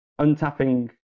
untapping